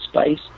space